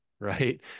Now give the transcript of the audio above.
right